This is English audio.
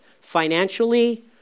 financially